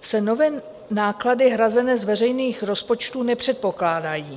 se nové náklady hrazené z veřejných rozpočtů nepředpokládají.